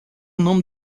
nome